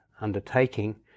undertaking